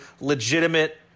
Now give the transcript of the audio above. legitimate